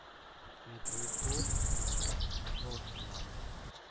Medinipur Bardhaman